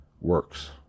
works